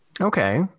Okay